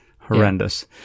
Horrendous